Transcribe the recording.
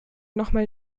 nochmal